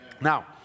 Now